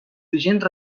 vigents